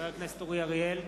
חבר הכנסת אורי אריאל.